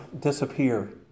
disappear